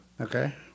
Okay